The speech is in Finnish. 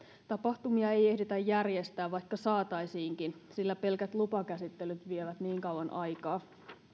tapahtumia ei ehditä järjestää vaikka saataisiinkin sillä pelkät lupakäsittelyt vievät niin kauan aikaa